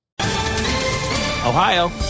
Ohio